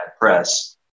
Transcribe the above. press